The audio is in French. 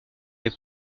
les